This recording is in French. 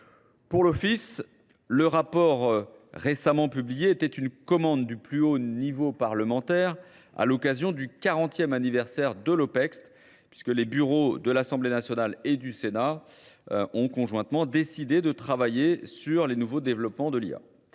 Pour l'Office, le rapport récemment publié était une commande du plus haut niveau parlementaire à l'occasion du 40e anniversaire de l'Opex, puisque les bureaux de l'Assemblée nationale et du Sénat ont conjointement décidé de travailler sur les nouveaux développements de l'IA,